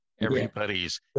everybody's